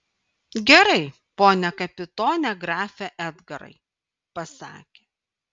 gerai pone kapitone grafe edgarai pasakė